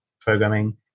programming